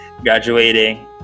graduating